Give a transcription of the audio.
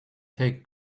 take